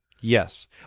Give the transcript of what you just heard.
Yes